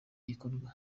gikorwa